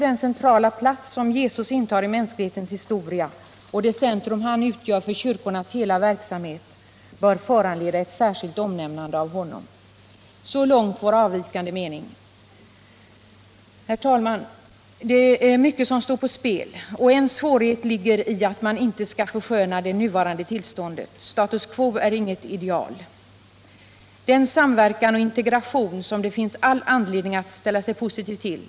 Den centrala plats som Jesus intar i mänsklighetens historia och det centrum han utgör för kyrkornas hela verksamhet bör föranleda ett särskilt omnämnande av honom. Så långt vår avvikande mening. Det är mycket som står på spel. En svårighet ligger i att inte försköna det nuvarande tillståndet. Status quo är inget ideal. Samverkan och integration finns det all anledning att ställa sig positiv till.